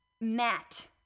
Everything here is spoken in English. Matt